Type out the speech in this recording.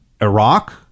Iraq